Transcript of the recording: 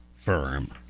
firm